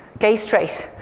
gay, straight,